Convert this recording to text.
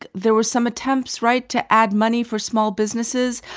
there were some attempts right? to add money for small businesses,